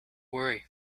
worry